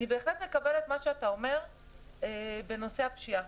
אני בהחלט מקבלת מה שאתה אומר בנושא הפשיעה,